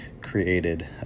created